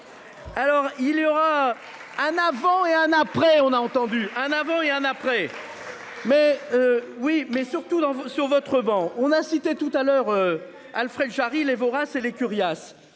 Alors il y aura un avant et un après. On a entendu un avant et un après. Mais. Oui mais surtout dans vos sur votre banc on a cité tout à l'heure, Alfred Jarry, les voraces et les Curiaces.